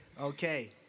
Okay